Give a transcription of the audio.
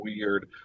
weird